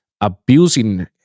abusing